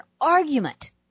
argument